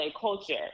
culture